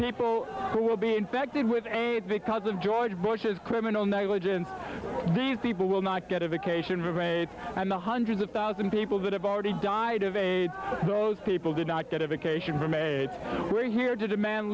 people who will be infected with a because of george bush's criminal negligence these people will not get a vacation rape and the hundreds of thousand people that have already died of aids those people did not get a vacation from aids we're here to demand